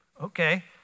okay